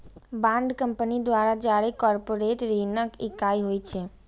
bond company द्वारा जारी corporate ऋणक इकाइ होइ छै